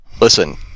listen